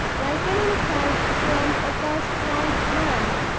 like an insult from a purse-proud man.